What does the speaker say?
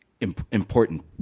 important